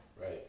Right